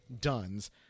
Duns